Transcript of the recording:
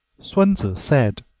sun tzu said